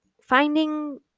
finding